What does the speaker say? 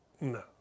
no